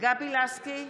גבי לסקי,